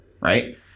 right